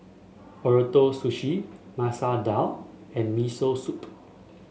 Ootoro Sushi Masoor Dal and Miso Soup